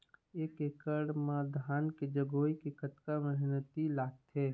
एक एकड़ म धान के जगोए के कतका मेहनती लगथे?